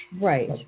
Right